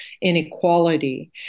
inequality